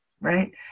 right